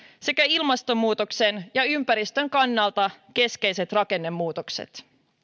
sekä ilmastonmuutoksen ja ja ympäristön kannalta keskeiset rakennemuutokset